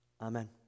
Amen